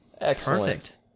Excellent